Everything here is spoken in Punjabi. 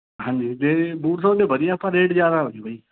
ਹਾਂਜੀ ਜੇ ਬੂਟ ਤੁਹਾਡੇ ਵਧੀਆ ਪਰ ਰੇਟ ਜ਼ਿਆਦਾ ਲੱਗੇ ਬਾਈ